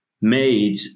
made